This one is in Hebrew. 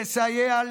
לסייע,